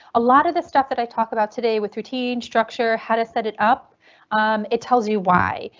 a lot of this stuff that i talk about today with routine structure how to set it up it tells you why.